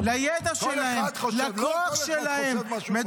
לידע שלהם, לכוח שלהם.